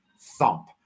thump